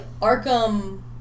Arkham